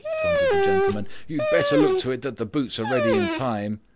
thundered the gentleman. you had better look to it that the boots are ready in time.